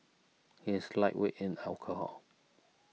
he is lightweight in alcohol